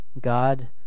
God